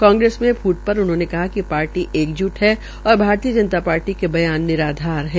कांग्रेस में फूट पर उन्होंने कहा कि पार्टी एकज्ट है और भारतीय जनता पार्टी के बयान निराधार है